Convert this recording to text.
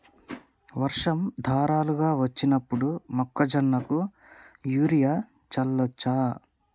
వర్షం ధారలుగా వచ్చినప్పుడు మొక్కజొన్న కు యూరియా చల్లచ్చా?